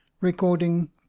Recording